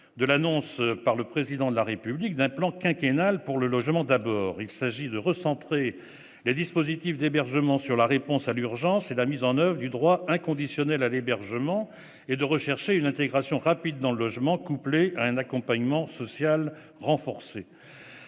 de l'annonce par le Président de la République d'un plan quinquennal pour le logement d'abord. Il s'agit de recentrer les dispositifs d'hébergement sur la réponse à l'urgence et la mise en oeuvre du droit inconditionnel à l'hébergement et de rechercher une intégration rapide dans le logement, couplée à un accompagnement social renforcé.